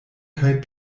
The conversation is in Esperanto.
kaj